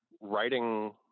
writing